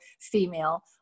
female